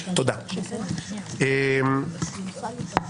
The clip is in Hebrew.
אז יש לך הזדמנות לשמוע.